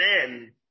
men